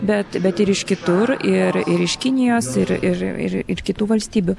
bet bet ir iš kitur ir ir iš kinijos ir ir ir kitų valstybių